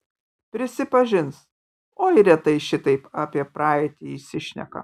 prisipažins oi retai šitaip apie praeitį įsišneka